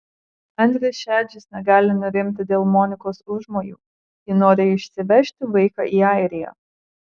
andrius šedžius negali nurimti dėl monikos užmojų ji nori išsivežti vaiką į airiją